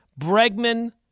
Bregman